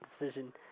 decision